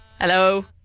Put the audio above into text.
Hello